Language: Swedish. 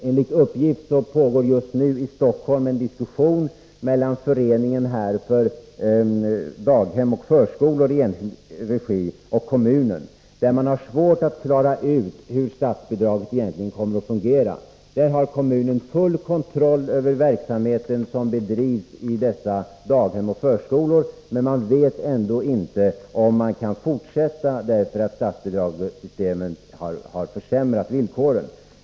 Enligt uppgifter pågår just nu i Stockholm en diskussion mellan Föreningen för daghem och förskolor i enskild regi och kommunen, där man har svårt att klara ut hur statsbidraget egentligen kommer att fungera. Kommunen har full kontroll över den verksamhet som bedrivs i dessa daghem och förskolor men vet ändå inte om man kan fortsätta, eftersom statsbidragssystemet har försämrat villkoren.